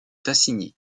tassigny